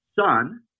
son